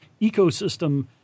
ecosystem